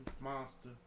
monster